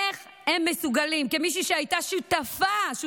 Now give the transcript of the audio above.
איך הם מסוגלים, כמישהי שהייתה שותפה